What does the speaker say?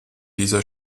dieser